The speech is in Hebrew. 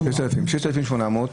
6,800,